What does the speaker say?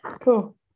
cool